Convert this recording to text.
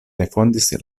refondis